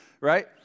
right